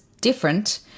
different